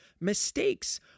Mistakes